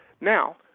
Now